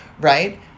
right